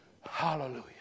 Hallelujah